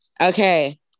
okay